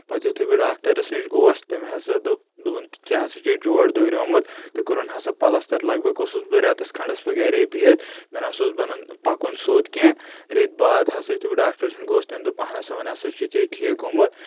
پتہٕ یُتھُے بہٕ ڈاکٹرس نِش گوس تٔمۍ ہسا دوٚپ دوٚپُن ژےٚ ہسا چھُے جوڑ دوٗریمُت تہٕ کوٚرُن ہسا پلس تر لگ بگ اوسُس بہٕ رؠتس کھنٛڈس بہٕ گرِ بِہِتھ مےٚ نہ سا اوس بنن پکُن سٮ۪وٚد کینٛہہ رٔتۍ بعد ہسا یُتھُے بہٕ ڈاکٹر چھُنہٕ گوٚژھ تٔمۍ دوٚپ پہنس وۄنۍ ہسا چھُ ژےٚ ٹھیٖک گوٚمُت